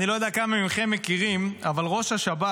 אני לא יודע כמה מכם מכירים, אבל ראש השב"כ